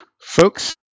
folks